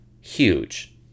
huge